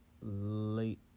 late